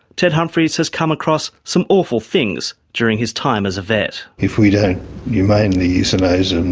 ted humphries has come across some awful things during his time as a vet. if we don't humanely euthanase them,